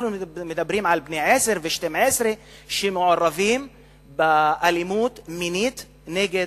אנחנו מדברים על בני 10 ו-12 שמעורבים באלימות מינית נגד,